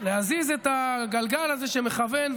להזיז את הגלגל הזה שמכוון,